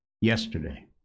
yesterday